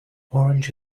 orange